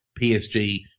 PSG